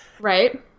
right